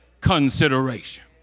consideration